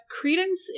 credence